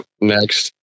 Next